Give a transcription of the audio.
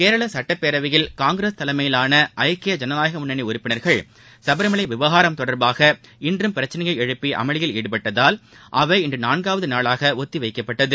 கேரள சட்டப் பேரவையில் காங்கிரஸ் தலைமையிலான ஐக்கிய ஜனநாயக முன்னணி உறுப்பினர்கள் சபரிமலை விவகாரம் தொடர்பாக இன்றும் பிரச்சனையை எழுப்பி அமளியில் ஈடுபட்டதால் அவை இன்று நான்காவது நாளாக ஒத்தி வைக்கப்பட்டது